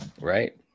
Right